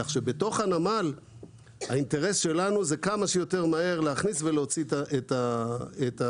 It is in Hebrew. כך שבתוך הנמל האינטרס שלנו זה כמה שיותר מהר להכניס ולהוציא את המשאית.